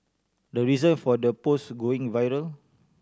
the reason for the post going viral